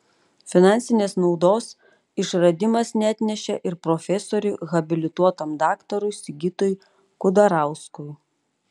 finansinės naudos išradimas neatnešė ir profesoriui habilituotam daktarui sigitui kudarauskui